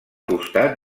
costat